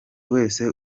wese